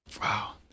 Wow